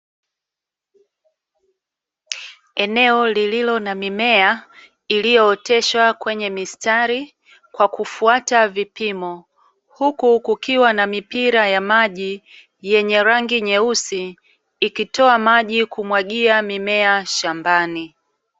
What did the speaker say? Eneo lililo na mimea iliyooteshwa kwenye mistari kwa kufwata vipimo, huku kukiwa na mipira ya maji yenye rangi nyeusi ikitoa maji kumwagia mimea shambani.